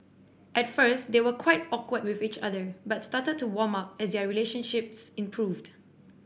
at first they were quite awkward with each other but started to warm up as their relationships improved